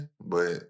but-